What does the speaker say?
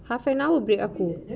half an hour break aku